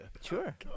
Sure